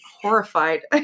horrified